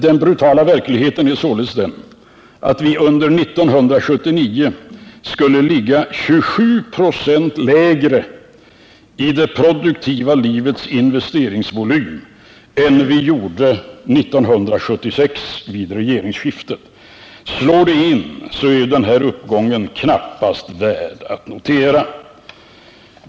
Den brutala verkligheten är således den att vi under 1979 skulle ligga 27 96 lägre i det produktiva livets investeringsvolym än vi gjorde 1976 vid regeringsskiftet. Slår det in så är den uppgången knappast värd att notera.